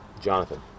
Jonathan